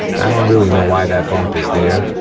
i don't really know why that bump is there.